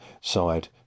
side